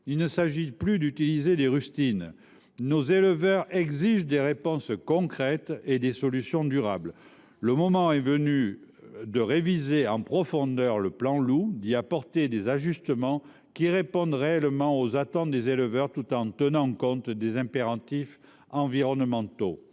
il ne s’agit plus d’utiliser des rustines : nos éleveurs exigent des réponses concrètes et des solutions durables ! Le moment est venu de réviser en profondeur le plan loup, d’y apporter des ajustements répondant réellement aux attentes des éleveurs tout en tenant compte des impératifs environnementaux.